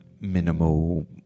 minimal